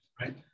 right